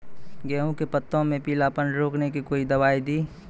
गेहूँ के पत्तों मे पीलापन रोकने के कौन दवाई दी?